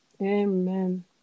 Amen